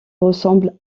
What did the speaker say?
ressemble